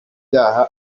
byaha